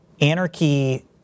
Anarchy